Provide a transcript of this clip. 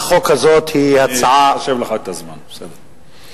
אני אחשב לך את הזמן, בסדר.